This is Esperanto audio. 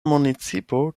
municipo